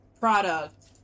product